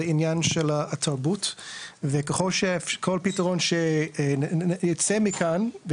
על העניין של התרבות וכל פתרון שייצא מכן,